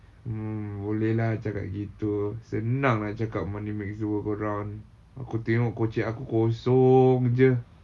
mm boleh lah cakap gitu senang nak cakap money makes the world go round aku tengok kocek aku kosong jer